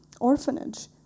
orphanage